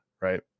right